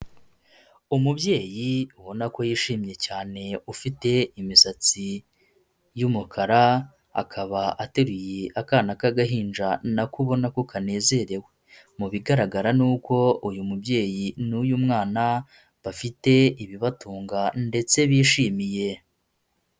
Umubyeyi ubona ko yishimye cyane ufite imisatsi y'umukara, akaba ateruye akana k'agahinja na ko ubona ko kanezerewe, mu bigaragara ni uko uyu mubyeyi n'uyu mwana bafite ibibatunga ndetse bishimiye.